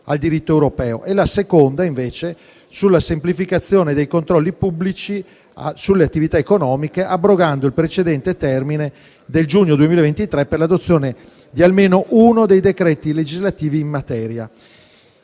al diritto europeo; la seconda, invece, sulla semplificazione dei controlli pubblici sulle attività economiche, abrogando il precedente termine del giugno 2023 per l'adozione di almeno uno dei decreti legislativi in materia.